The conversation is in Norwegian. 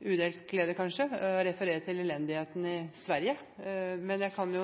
udelt glede – kanskje – av å referere til elendigheten i Sverige. Men jeg kan